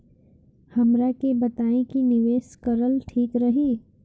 हमरा के बताई की निवेश करल ठीक रही?